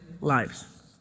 lives